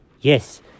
Yes